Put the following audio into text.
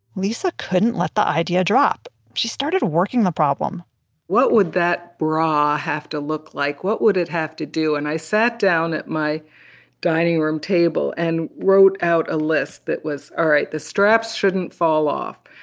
lisa couldn't let the idea drop. she started working the problem what would that bra have to look like? what would it have to do? and i sat down at my dining room table and wrote out a list that was all right, the straps shouldn't fall off,